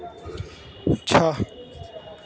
छः